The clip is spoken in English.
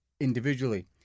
individually